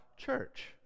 church